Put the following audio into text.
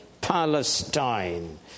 Palestine